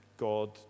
God